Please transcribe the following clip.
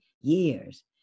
years